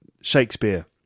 Shakespeare